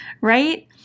right